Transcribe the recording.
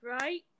right